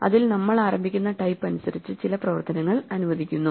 അതിൽ നമ്മൾ ആരംഭിക്കുന്ന ടൈപ്പ് അനുസരിച്ച് ചില പ്രവർത്തനങ്ങൾ അനുവദിക്കുന്നു